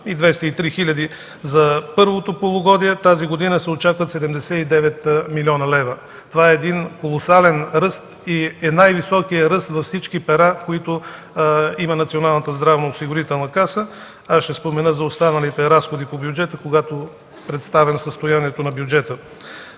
година за първото полугодие. Тази година се очакват 79 млн. лв. Това е един колосален ръст и е най-високият във всички пера, които има Националната здравноосигурителна каса. За останалите разходи по бюджета ще спомена, когато представям състоянието на бюджета.